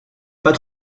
pas